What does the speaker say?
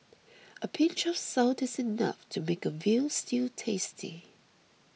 a pinch of salt is enough to make a Veal Stew tasty